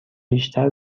بیشتر